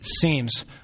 seems